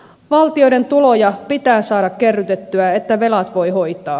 valtioiden tuloja pitää saada kerrytettyä että velat voi hoitaa